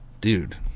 Dude